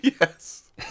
Yes